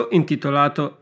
intitolato